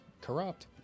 Corrupt